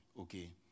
okay